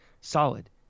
solid